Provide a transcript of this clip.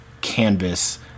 canvas